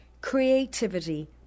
creativity